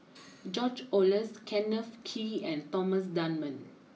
George Oehlers Kenneth Kee and Thomas Dunman